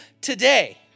today